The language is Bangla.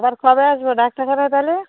আবার কবে আসবো ডাক্তার খানে তাহলে